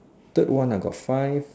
third one I got five